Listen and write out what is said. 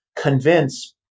convince